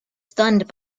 stunned